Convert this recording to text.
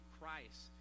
Christ